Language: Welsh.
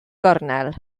gornel